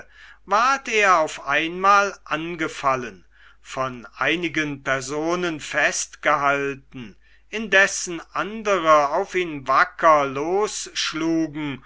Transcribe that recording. ward er auf einmal angefallen von einigen personen festgehalten indessen andere auf ihn wacker losschlugen